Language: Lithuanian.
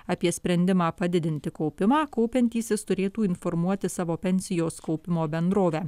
apie sprendimą padidinti kaupimą kaupiantysis turėtų informuoti savo pensijos kaupimo bendrovę